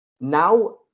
Now